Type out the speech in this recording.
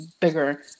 bigger